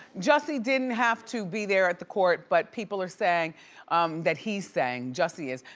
jussie didn't have to be there at the court but people are saying that he's saying, jussie is,